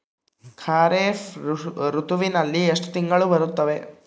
ಖಾರೇಫ್ ಋತುವಿನಲ್ಲಿ ಎಷ್ಟು ತಿಂಗಳು ಬರುತ್ತವೆ?